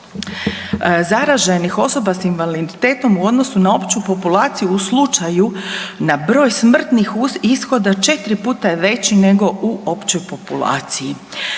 zaraženih osoba s invaliditetom u odnosu na opću populaciju u slučaju na broj smrtnih ishoda 4 puta je veći nego u općoj populaciji.